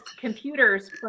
computers